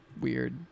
weird